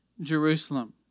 Jerusalem